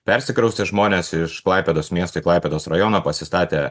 persikraustė žmonės iš klaipėdos miesto į klaipėdos rajoną pasistatė